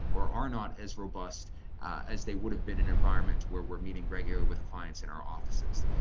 or are not as robust as they would have been an environment where we're meeting regularly with clients in our offices.